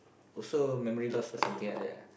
also memory loss or something like that ah